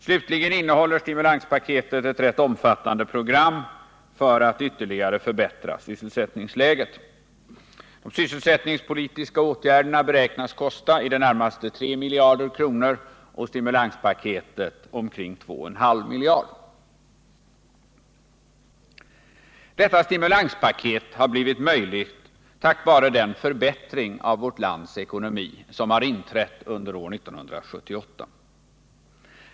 Slutligen innehåller stimulanspaketet ett rätt omfattande program för att ytterligare förbättra sysselsättningsläget. De sysselsättningspolitiska åtgärderna beräknas kosta i det närmaste 3 miljarder kronor och stimulanspaketet omkring 2,5 miljarder. Detta stimulanspaket har blivit möjligt tack vare den förbättring av vårt lands ekonomi som har inträtt under år 1978.